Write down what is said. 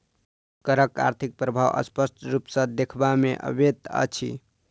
करक आर्थिक प्रभाव स्पष्ट रूप सॅ देखबा मे अबैत अछि